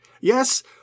Yes